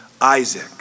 Isaac